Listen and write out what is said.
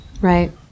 Right